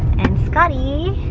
and scottie,